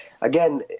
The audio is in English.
again